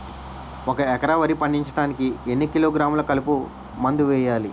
ఒక ఎకర వరి పండించటానికి ఎన్ని కిలోగ్రాములు కలుపు మందు వేయాలి?